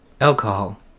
Alcohol